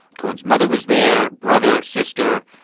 cohen's mother was there brother, sister.